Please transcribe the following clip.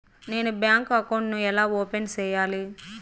నేను bank account ను ఎలా ఓపెన్ సేయాలి?